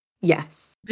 Yes